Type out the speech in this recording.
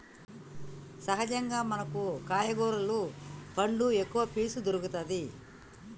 సహజంగా మనకు కాయ కూరలు పండ్లు ఎక్కవ పీచు దొరుకతది